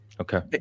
okay